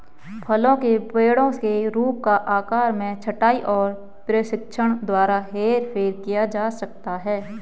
फलों के पेड़ों के रूप या आकार में छंटाई और प्रशिक्षण द्वारा हेरफेर किया जा सकता है